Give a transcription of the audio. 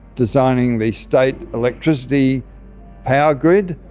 designing the state electricity power grid,